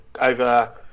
over